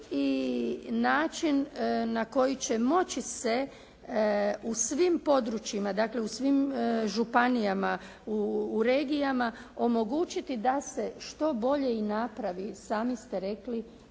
i način na koji će moći se u svim područjima dakle u svim županijama u regijama omogućiti da se što bolje i napravi, i sami ste rekli,